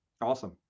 Awesome